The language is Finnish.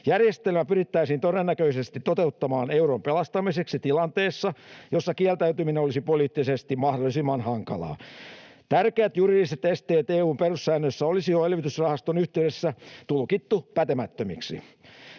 Järjestelmä pyrittäisiin todennäköisesti toteuttamaan euron pelastamiseksi tilanteessa, jossa kieltäytyminen olisi poliittisesti mahdollisimman hankalaa. Tärkeät juridiset esteet EU:n perussäännöissä olisi jo elvytysrahaston yhteydessä tulkittu pätemättömiksi.